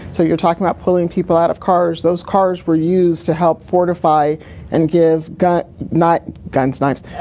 so you're talking about pulling people out of cars. those cars were used to help fortify and give got not guns, knives,